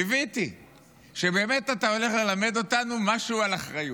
קיוויתי שבאמת אתה הולך ללמד אותנו משהו על אחריות.